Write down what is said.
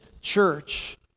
church